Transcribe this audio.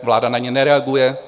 Vláda na ně nereaguje.